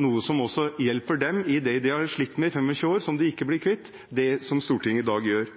noe som også hjelper dem i det de har slitt med i 25 år og som de ikke blir kvitt ‒ det som Stortinget i dag gjør. Slik jeg